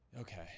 Okay